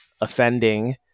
offending